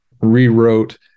rewrote